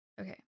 Okay